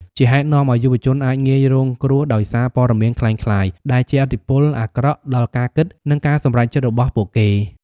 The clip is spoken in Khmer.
ជាហេតុនាំឲ្យយុវជនអាចងាយរងគ្រោះដោយសារព័ត៌មានក្លែងក្លាយ ដែលជះឥទ្ធិពលអាក្រក់ដល់ការគិត និងការសម្រេចចិត្តរបស់ពួកគេ។